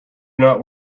not